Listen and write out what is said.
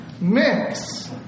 mix